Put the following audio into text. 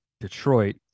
Detroit